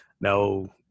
no